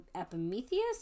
epimetheus